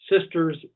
sisters